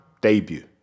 debut